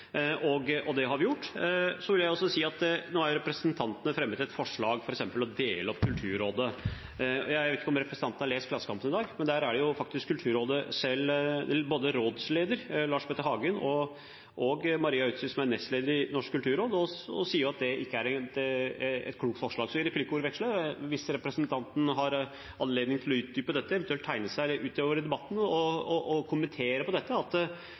Det har vi gjort. Jeg vil også si at nå har representanter fremmet f.eks. et forslag om å dele opp Kulturrådet. Jeg vet ikke om representanten har lest Klassekampen i dag, men der sier Kulturrådet selv, både rådsleder Lars Petter Hagen og Maria Utsi, som er nestleder i Norsk kulturråd, at det ikke er et klokt forslag. Kanskje har representanten i replikkvekslingen anledning til å utdype dette, eller han kan eventuelt tegne seg utover i debatten og kommentere på dette, at